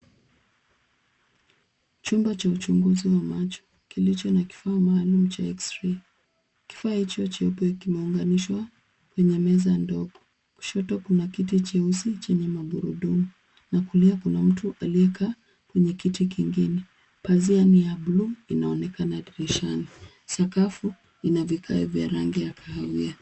Chumba cha uchunguzi wa macho kilicho na kifaa maalum cha eks-rei. Kifaa hicho cheupe kimeunganishwa kwenye meza ndogo. Kushoto kuna kiti cheusi chenye magurudumu na kulia kuna mtu aliyekaa kwenye kiti kingine. Pazia ni ya bluu inaonekana dirishani. Sakafu ina vigae vya rangi ya kahawia.